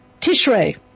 Tishrei